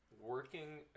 working